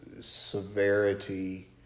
severity